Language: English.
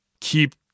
keep